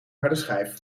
hardeschijf